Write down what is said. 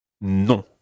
non